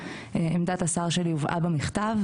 עמדת השר שלי הובאה במכתב,